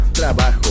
Trabajo